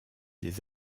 des